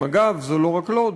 אגב, זה לא רק לוד.